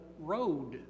road